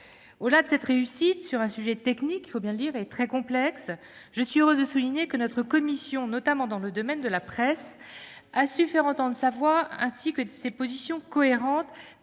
Au-delà de cette réussite sur un sujet technique et- il faut bien le dire -très complexe, je suis heureuse de constater que notre commission, notamment dans le domaine de la presse, a su faire entendre sa voix et ses positions. Fortes